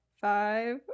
Five